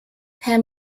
herr